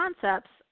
concepts